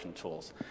tools